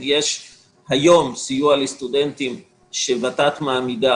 יש היום סיוע לסטודנטים שוות"ת מעמידה